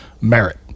merit